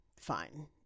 fine